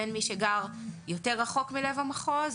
בין מי שגר יותר רחוק מלב המחוז,